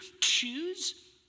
choose